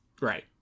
Right